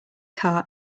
car